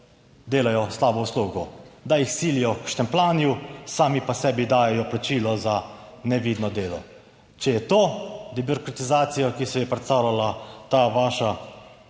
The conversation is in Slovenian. delajo slabo uslugo, da jih silijo k štempljanju, sami pa sebi dajejo plačilo za nevidno delo. Če je to debirokratizacijo, ki si jo je predstavljala ta vaša